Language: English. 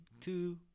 two